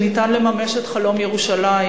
שאפשר לממש את חלום ירושלים,